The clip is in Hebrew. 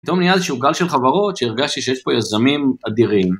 פתאום נהיה איזהשהוא גל של חברות שהרגשתי שיש בו יזמים אדירים.